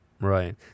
right